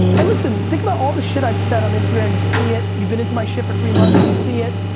and listen, think about all the shit i've said on instagram, you see it, you've been into my shit for three months, you see it,